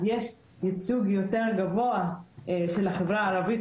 אז יש ייצוג יותר גבוה של החברה הערבית